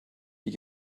die